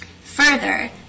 Further